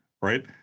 right